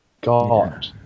God